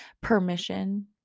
permission